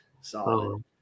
Solid